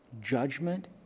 judgment